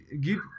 give